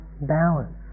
balance